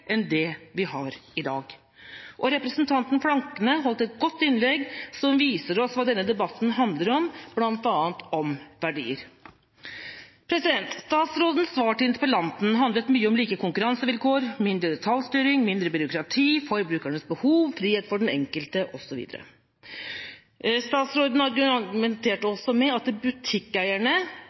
enn det vi har i dag. Representanten Flakne holdt et godt innlegg som viser oss hva denne debatten handler om – bl.a. om verdier. Statsrådens svar til interpellanten handlet mye om like konkurransevilkår, mindre detaljstyring, mindre byråkrati, forbrukernes behov, frihet for den enkelte osv. Statsråden argumenterte også med at butikkeierne nok hadde et sterkt ønske om å ha like konkurransevilkår. Det